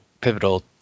pivotal